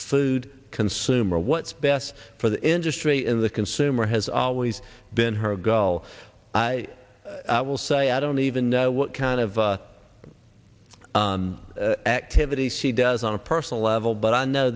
food consumer what's best for the industry in the consumer has always been her goal i will say i don't even know what kind of activity she does on a personal level but i know